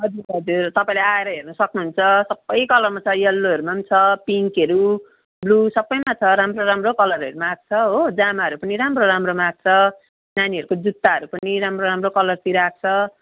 हजुर हजुर तपाईँले आएर हेर्नु सक्नुहुन्छ सबै कलरमा छ यल्लोहरूमा पनि छ पिङ्कहरू ब्लु सबैमा छ राम्रो राम्रो कलरहरूमा आएको छ हो जामाहरू पनि राम्रो राम्रोमा आएको छ नानीहरूको जुत्ताहरू पनि राम्रो राम्रो कलरतिर आएको छ